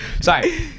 Sorry